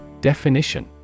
Definition